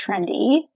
trendy